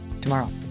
tomorrow